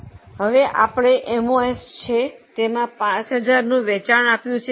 હવે આગળ M O તેમાં 5000 નું વેચાણ આપ્યું છે